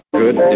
good